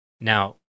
Now